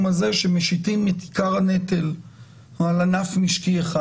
הזה שמשיתים את עיקר הנטל על ענף משקי אחד.